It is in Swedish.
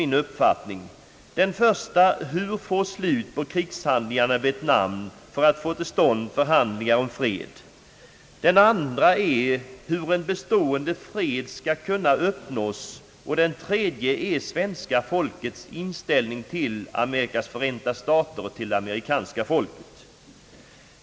Den första frågan lyder: Hur skall man få slut på krigshandlingarna i Vietnam för att få till stånd förhandlingar om fred? Den andra frågan är: Hur skall bestående fred kunna uppnås? Den tredje frågan gäller svenska folkets inställning till Amerikas förenta stater och till det amerikanska folket.